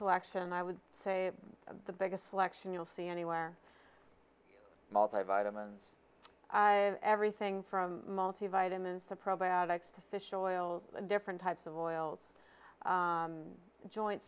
selection i would say the biggest selection you'll see anywhere multi vitamins everything from multi vitamins to probiotics to fish oils and different types of oils joint